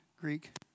Greek